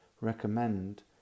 recommend